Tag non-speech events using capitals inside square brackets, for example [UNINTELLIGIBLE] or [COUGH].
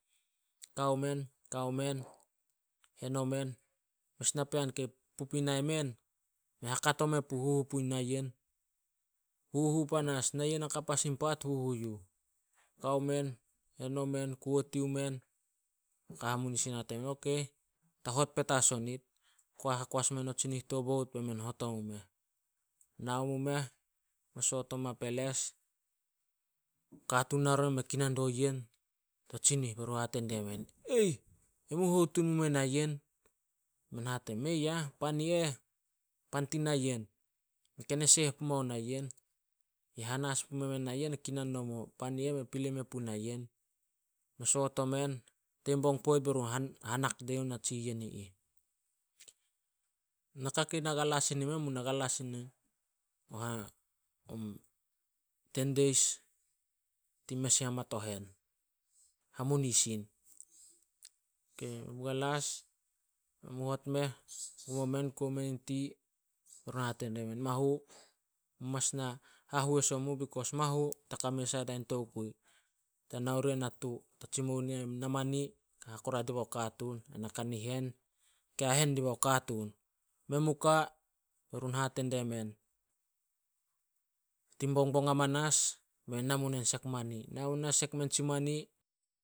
Kao men, kao men hen omen. Mes napean kei pup i nai men, mei hakato me puh hunu puh nayen. Huhu panas, nayen hakap as in paat, huhu yuh. Kao men hen omen, kuo tea omen. Kao hamunisin hate nemen, "Ok, ta hot petas onit." [UNINTELLIGIBLE] hakoas mao tsinih to boat, be men hot omu meh. Nao mu meh, me soot oma peles, katuun nao ri meh kinan do yen to tsinih berun hate die men, "Aih, emu hou tun mu mein nayen." Men hate, "Mei ah, pan i eh, pan tin na yen. Mei ken e seh pumao naeyn. Ye hana sin pume men na yen kinan nomo. Pan i eh mei pilei me pui nayen." Me soot omen, tin bong poit berun hanak dio tsiyen i ih. Naka kei na galas sin i men, men mu na galas sin [UNINTELLIGIBLE] ten days tin mes in [UNINTELLIGIBLE] hamunisin. [UNINTELLIGIBLE] Men mu hot meh, gum omen, kuo men in tea. Be run hate die men, mahu, mu mas na hahois omu bikos mahu ta kame sai dai in tokui. Ta nao ria natu, ta tsimou dia namani hakoro dibao katuun ana kanihen, ke hahen dibao katuun. Men mu ka be run hate die men. Tin Bongbong amanas, men na muna sek mani, nao mu nah, sek men tsi mani.